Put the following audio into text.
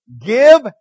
Give